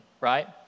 right